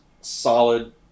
solid